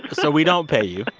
so we don't pay you.